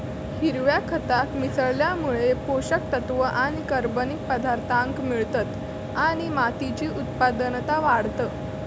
हिरव्या खताक मिसळल्यामुळे पोषक तत्त्व आणि कर्बनिक पदार्थांक मिळतत आणि मातीची उत्पादनता वाढता